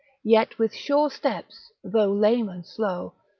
yet with sure steps, though lame and slow,